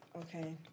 Okay